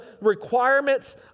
requirements